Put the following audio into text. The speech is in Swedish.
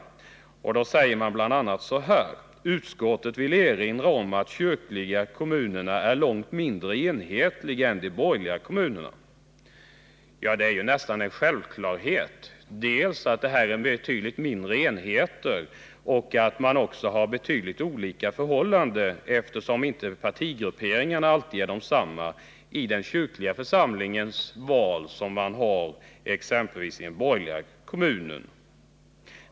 Utskottet säger bl.a.: ”Utskottet vill erinra om att de kyrkliga kommunerna är långt mindre enhetliga än de borgerliga kommunerna.” Det är ju nästan en självklarhet att kyrkofullmäktige är betydligt mindre enheter och att förhållandena är andra än i t.ex. kommunfullmäktige, eftersom partigrupperingarna inte alltid är desamma i de kyrkliga valen som i valen till kommunfullmäktige.